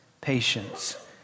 patience